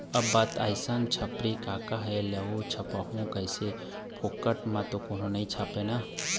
अब बात आइस छपही काँहा ले अऊ छपवाहूँ कइसे, फोकट म तो कोनो नइ छापय ना